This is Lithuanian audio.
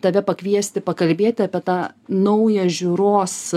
tave pakviesti pakalbėti apie tą naują žiūros